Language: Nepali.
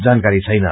जानकारी छैन